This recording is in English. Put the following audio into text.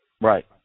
Right